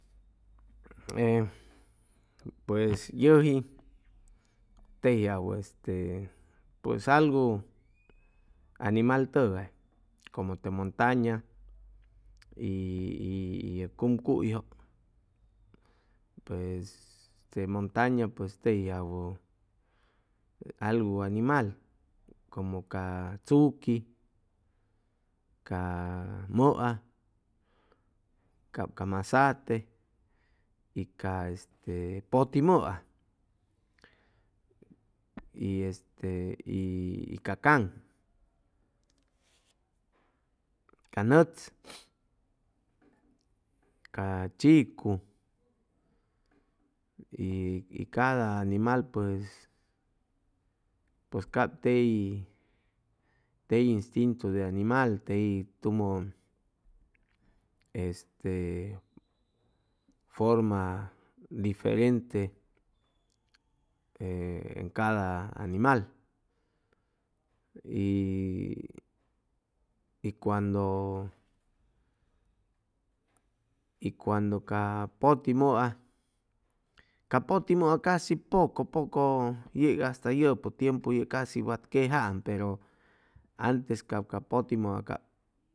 E pues yʉji tejiajwʉ este pues algu animal tʉgay como te montaña y y ye cumcuyjʉ pues te montaña pues tejiajwʉ algu animal como ca tzuqui, ca mʉa, cap ca mazate y ca este pʉti mʉa y este y ca caŋ, ca nʉtz, ca chicu y y cada animal pues cap tey tey instintu te animal tey tumʉ este forma diferente e en cada animal y cuando y cuando ca pʉti mʉa ca pʉti mʉa casi poco poco yeg hasta yʉpʉ tiempu yeg casi wat quejaam pero antes cap ca pʉti mʉa cap